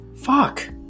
fuck